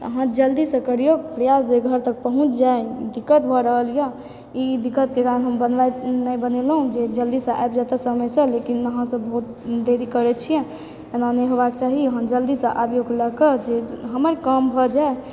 अहाँ जल्दीसँ करिऔ प्रयास जे घर तक पहुँच जाय दिक्कत भऽ रहलए ई दिक्कतके कारण हम नहि बनेलहुँ जे जल्दीसँ आबि जयतहुँ समयसँ लेकिन अहाँसभ बहुत देरी करैत छियै एना नहि होबाक चाही अहाँ जल्दीसँ आबिऔ लयके जे हमर काम भऽ जाय